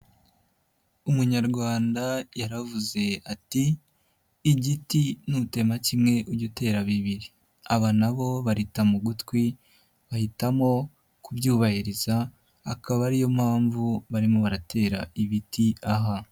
Umunyarwanda yaravuze ati: "Igiti nutema kimwe ujye utera bibiri", aba na bo barita mu gutwi bahitamo kubyubahiriza akaba ari yo mpamvu barimo baratera ibiti aha.